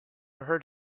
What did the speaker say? heard